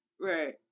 right